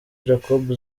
jacob